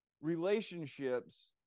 relationships